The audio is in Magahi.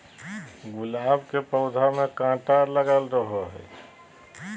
गुलाब के पौधा में काटा लगल रहो हय